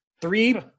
Three